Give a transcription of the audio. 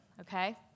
okay